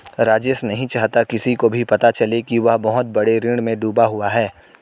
राजेश नहीं चाहता किसी को भी पता चले कि वह बहुत बड़े ऋण में डूबा हुआ है